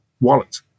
wallet